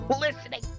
listening